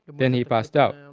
but then he passed out.